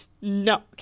No